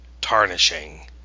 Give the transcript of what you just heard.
tarnishing